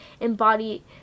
embody